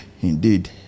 indeed